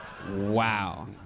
Wow